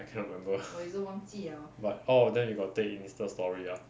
I cannot remember but oh then you got take insta story lah